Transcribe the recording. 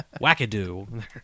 wackadoo